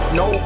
no